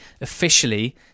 officially